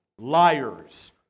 liars